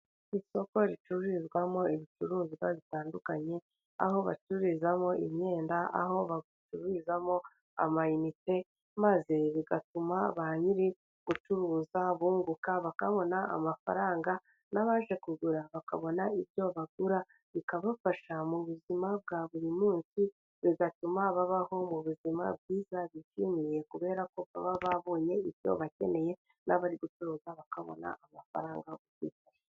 Isoko ricururizwamo ibicuruzwa bitandukanye, aho bacururizamo imyenda, aho bacururizamo amayinite maze bigatuma ba nyiri ugucuruza bunguka bakabona amafaranga, n'abaje kugura bakabona ibyo bagura bikabafasha mu buzima bwa buri munsi, bigatuma babaho mu buzima bwiza bishimiye, kubera ko baba babonye ibyo bakeneye, n'abari gucuruza bakabona amafaranga bafite.